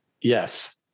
Yes